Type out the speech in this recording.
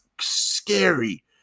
scary